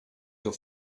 your